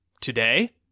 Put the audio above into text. today